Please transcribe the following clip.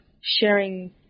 sharing